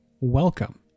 Welcome